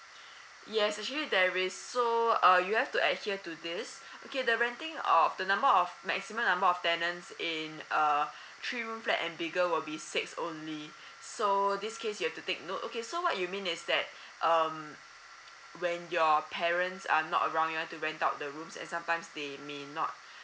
yes actually there is so uh you have to adhere to this okay the renting of the number of maximum number of tenants in err three room flat and bigger will be six only so this case you have to take note okay so what you mean is that um when your parents are not around you want to rent out the rooms and sometimes they may not